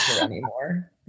anymore